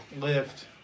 lift